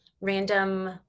random